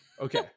Okay